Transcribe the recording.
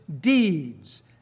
deeds